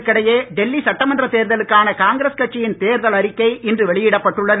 இதற்கிடையே டெல்லி சட்டமன்ற தேர்தலுக்கான காங்கிரஸ் கட்சியின் தேர்தல் அறிக்கை இன்று வெளியிடப்பட்டுள்ளது